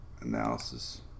analysis